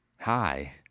Hi